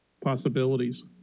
possibilities